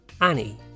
Annie